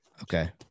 Okay